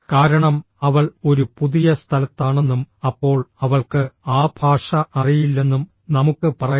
കാരണം അവൾ ഒരു പുതിയ സ്ഥലത്താണെന്നും അപ്പോൾ അവൾക്ക് ആ ഭാഷ അറിയില്ലെന്നും നമുക്ക് പറയാം